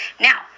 Now